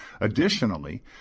Additionally